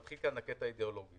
מתחיל כאן הקטע האידיאולוגי.